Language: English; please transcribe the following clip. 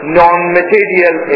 non-material